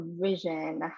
vision